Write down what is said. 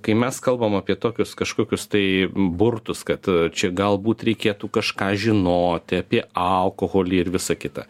kai mes kalbam apie tokius kažkokius tai burtus kad čia galbūt reikėtų kažką žinoti apie alkoholį ir visa kita